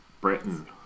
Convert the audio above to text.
Britain